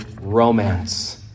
romance